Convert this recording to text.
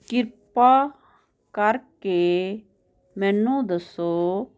ਕ੍ਰਿਪਾ ਕਰਕੇ ਮੈਨੂੰ ਦੱਸੋ